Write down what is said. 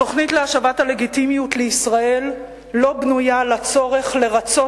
התוכנית להשבת הלגיטימיות לישראל לא בנויה על הצורך לרצות